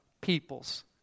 peoples